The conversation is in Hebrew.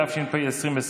התש"ף 2020,